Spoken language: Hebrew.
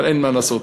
אבל אין מה לעשות,